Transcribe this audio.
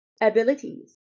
abilities